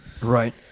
Right